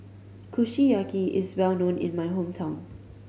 kushiyaki is well known in my hometown